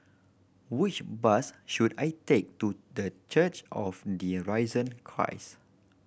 which bus should I take to The Church of the Risen Christ